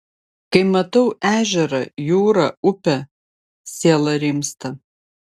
kai matau ežerą jūrą upę siela rimsta